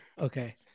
okay